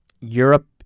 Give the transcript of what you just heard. Europe